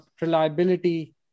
reliability